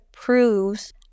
proves